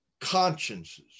consciences